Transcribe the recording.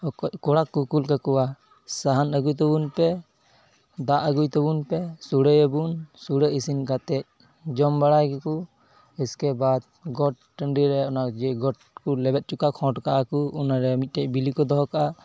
ᱵᱟᱠᱷᱟᱡ ᱠᱚᱲᱟ ᱠᱚ ᱠᱳᱞ ᱠᱟᱠᱚᱣᱟ ᱥᱟᱦᱟᱱ ᱟᱹᱜᱩᱭ ᱛᱟᱵᱚᱱᱯᱮ ᱫᱟᱜ ᱟᱹᱜᱩᱭ ᱛᱟᱵᱚᱱᱯᱮ ᱥᱳᱲᱮᱭᱟᱵᱚᱱ ᱥᱩᱲᱮ ᱤᱥᱤᱱ ᱠᱟᱛᱮᱫ ᱡᱚᱢ ᱵᱟᱲᱟᱭ ᱜᱮᱠᱚ ᱩᱥᱠᱮ ᱵᱟᱫ ᱜᱚᱴ ᱴᱟᱺᱰᱤᱨᱮ ᱚᱱᱟ ᱡᱮ ᱜᱟᱹᱭ ᱜᱚᱴ ᱠᱚ ᱞᱮᱵᱮᱫ ᱦᱚᱪᱚ ᱠᱚᱣᱟ ᱠᱷᱚᱸᱰ ᱠᱟᱜᱼᱟᱠᱚ ᱚᱱᱟᱨᱮ ᱢᱤᱫᱴᱮᱡ ᱵᱤᱞᱤ ᱠᱚ ᱫᱚᱦᱚ ᱠᱟᱜᱼᱟ